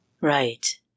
Right